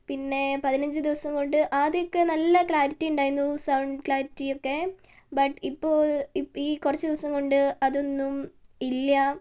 പിന്നേ പതിനഞ്ച് ദിവസംകൊണ്ട് ആദ്യമൊക്കെ നല്ല ക്ലാരിറ്റിയുണ്ടായിന്നു സെവൺ ക്ലാരിറ്റിയൊക്കെ ബട്ട് ഇപ്പോൾ ഇപ്പോൾ ഈ കുറച്ച് ദിവസംകൊണ്ട് അതൊന്നും ഇല്ല